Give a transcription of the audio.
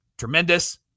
Tremendous